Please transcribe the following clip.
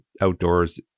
outdoors